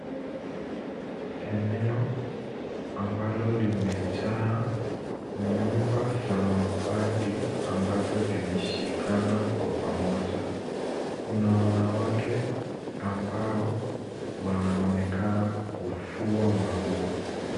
Eneo ambalo limejaa nyumba za mabati ambazo zimeshikana kwa pamoja. Kuna wanawake ambao wanaonekana kufua manguo.